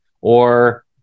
or-